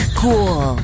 cool